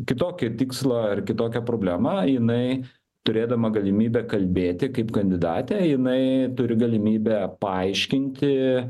kitokį tikslą ar kitokią problemą jinai turėdama galimybę kalbėti kaip kandidatė jinai turi galimybę paaiškinti